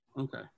Okay